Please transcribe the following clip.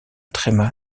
tréma